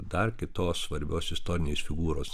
dar kitos svarbios istorinės figūros